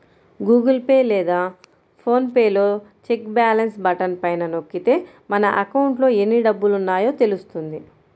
Google Pay లేదా PhonePe లో check balance button పైన నొక్కితే మన అకౌంట్లో ఎన్ని డబ్బులున్నాయో తెలుస్తుంది